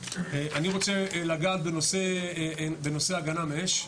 אני רוצה לגעת בנושא הגנה מאש.